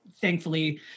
Thankfully